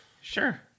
Sure